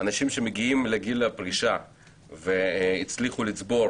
אנשים שמגיעים לגיל הפרישה והצליחו לצבור